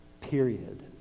Period